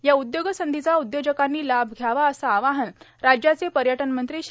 या उद्योग संधीचा उद्योजकांनी लाभ घ्यावाए असे आवाहन राज्याचे पर्यटनमंत्री श्री